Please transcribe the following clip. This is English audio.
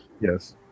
Yes